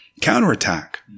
counterattack